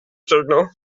signal